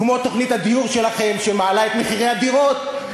כמו תוכנית הדיור שלכם שמעלה את מחירי הדירות,